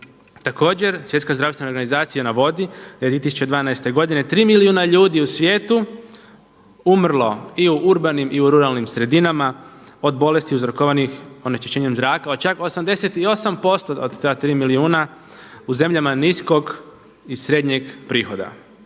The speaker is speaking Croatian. Također Svjetska zdravstvena organizacija navodi da je 2012. godine 3 milijuna ljudi u svijetu umrlo i u urbanim i u ruralnim sredinama od bolesti uzrokovanih onečišćenjem zraka, čak 88% od ta tri milijuna u zemljama niskog i srednjeg prihoda.